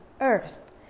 earth